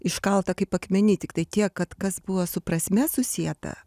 iškalta kaip akmeny tiktai tiek kad kas buvo su prasme susieta